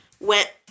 went